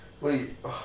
wait